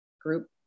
group